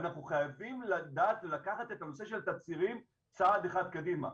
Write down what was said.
אנחנו חייבים לדעת ולקחת את הנושא של תצהירים צעד אחד קדימה.